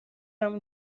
همون